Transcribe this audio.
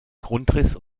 grundriss